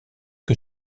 que